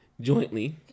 jointly